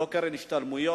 לא קרן השתלמות,